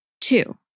Two